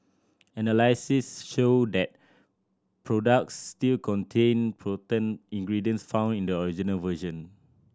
analysis showed that products still contained potent ingredients found in the original version